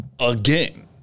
again